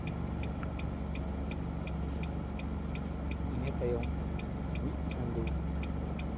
ᱤᱱᱟᱹ ᱛᱟᱭᱚᱢ ᱢᱤᱫ ᱪᱟᱸᱫᱚ